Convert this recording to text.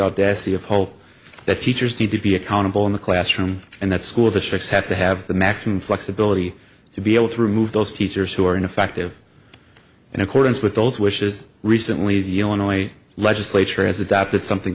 audacity of hope that teachers need to be accountable in the classroom and that school districts have to have the maximum flexibility to be able to remove those teachers who are ineffective in accordance with those wishes recently the illinois legislature has adopted something